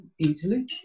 easily